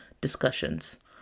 discussions